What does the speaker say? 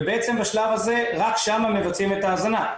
ובעצם בשלב הזה רק שם מבצעים את ההזנה.